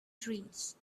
trees